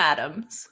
Adams